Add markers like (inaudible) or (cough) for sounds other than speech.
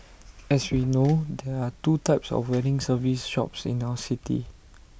as we know there are two types of (noise) wedding service shops in our city